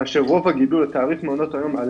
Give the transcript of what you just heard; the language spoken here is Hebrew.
כאשר רוב הגידול של תעריף מעונות היום,